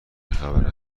خبره